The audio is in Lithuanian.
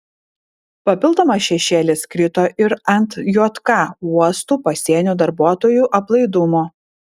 papildomas šešėlis krito ir ant jk uostų pasienio darbuotojų aplaidumo